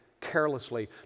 carelessly